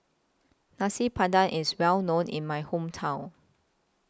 Nasi Padang IS Well known in My Hometown